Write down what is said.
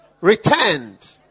returned